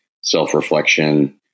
self-reflection